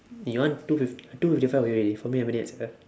you want two fif~ two fifty five for you already for me haven't yet sia